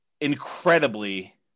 incredibly